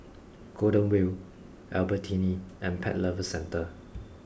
Golden Wheel Albertini and Pet Lovers Centre